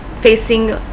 facing